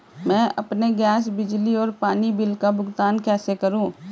मैं अपने गैस, बिजली और पानी बिल का भुगतान कैसे करूँ?